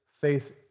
faith